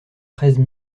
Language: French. treize